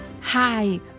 Hi